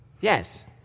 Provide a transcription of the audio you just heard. Yes